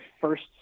first